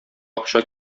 акча